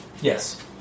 Yes